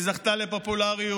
היא זכתה לפופולריות,